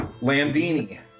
Landini